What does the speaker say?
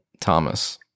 Thomas